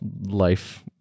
life